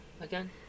again